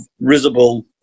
risible